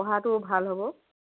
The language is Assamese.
পঢ়াটোও ভাল হ'ব